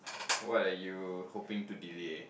what are you hoping to delay